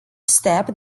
step